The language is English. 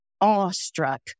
awestruck